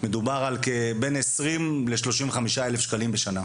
מדובר על בין 20 ל-35 אלף שקלים בשנה,